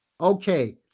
Okay